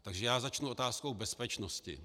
Takže já začnu otázkou bezpečnosti.